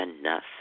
enough